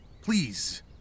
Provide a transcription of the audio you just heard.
Please